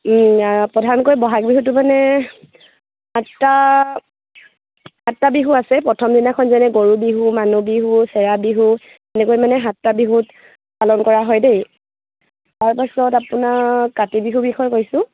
প্ৰধানকৈ বহাগ বিহুটো মানে সাতটা সাতটা বিহু আছে প্ৰথম দিনাখন যেনে গৰু বিহু মানুহ বিহু চেৰা বিহু এনেকৈ মানে সাতটা বিহুত পালন কৰা হয় দেই তাৰপাছত আপোনাৰ কাতি বিহুৰ বিষয়ে কৈছোঁ